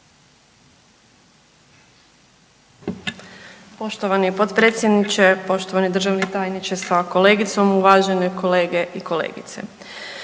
Poštovani potpredsjedniče, poštovani državni tajniče sa kolegicom, uvažene kolege i kolegice.